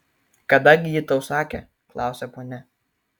kada gi ji tau sakė klausia ponia